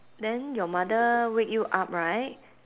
then your mother wake you up right